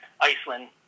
Iceland